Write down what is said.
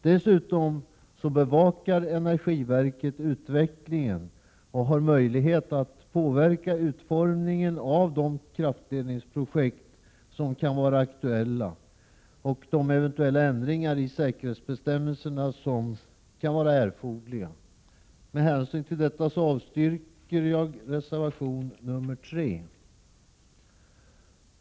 Dessutom bevakar energiverket utvecklingen och har möjlighet att påverka utformningen av de kraftledningsprojekt som kan vara aktuella och de eventuella ändringar i säkerhetsbestämmelserna som kan vara erforderliga. Med hänsyn till detta avstyrker jag reservation 3.